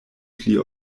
pli